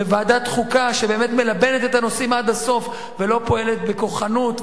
בוועדת חוקה שבאמת מלבנת את הנושאים עד הסוף ולא פועלת בכוחנות,